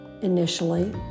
initially